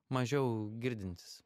mažiau girdintis